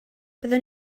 byddwn